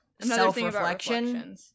self-reflection